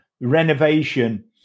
renovation